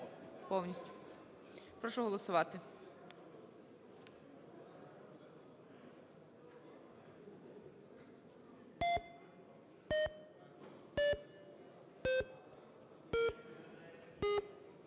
повністю? Прошу голосувати.